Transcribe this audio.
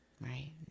Right